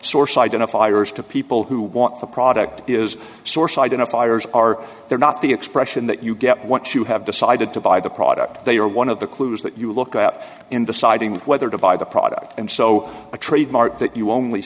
source identifiers to people who want the product is source identifiers are they're not the expression that you get what you have decided to buy the product they are one of the clues that you look out in deciding whether to buy the product and so a trade mart that you only